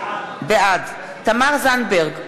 בעד תמר זנדברג,